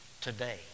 today